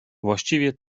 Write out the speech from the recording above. właściwie